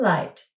Light